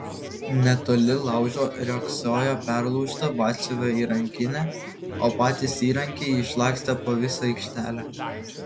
netoli laužo riogsojo perlaužta batsiuvio įrankinė o patys įrankiai išlakstę po visą aikštelę